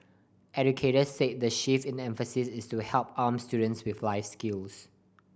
educators said the shift in emphasis is to help arm students with life skills